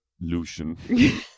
Lucian